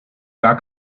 gar